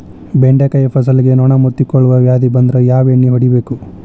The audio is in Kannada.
ಬೆಂಡೆಕಾಯ ಫಸಲಿಗೆ ನೊಣ ಮುತ್ತಿಕೊಳ್ಳುವ ವ್ಯಾಧಿ ಬಂದ್ರ ಯಾವ ಎಣ್ಣಿ ಹೊಡಿಯಬೇಕು?